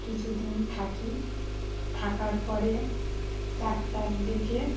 কিছু দিন থাকি থাকার পরে ডাক্তার ডেকে